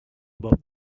about